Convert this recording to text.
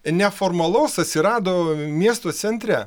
neformalaus atsirado miesto centre